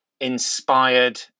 inspired